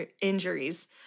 injuries